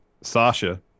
Sasha